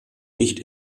nicht